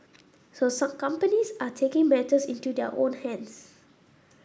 so some companies are taking matters into their own hands